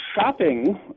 shopping